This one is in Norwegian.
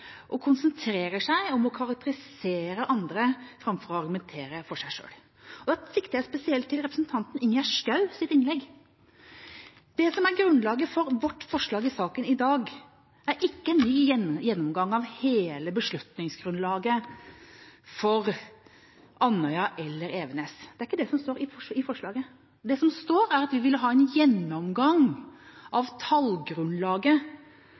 og konsentrerer seg om å karakterisere andre framfor å argumentere for seg selv. Da sikter jeg spesielt til representanten Ingjerd Schous innlegg. Det som er grunnlaget for vårt forslag i saken i dag, er ikke en ny gjennomgang av hele beslutningsgrunnlaget for Andøya eller Evenes. Det er ikke det som står i forslaget. Det som står, er at vi vil ha en gjennomgang